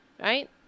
right